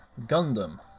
Gundam